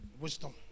wisdom